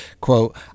quote